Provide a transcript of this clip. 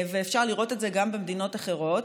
ואפשר לראות את זה גם במדינות אחרות,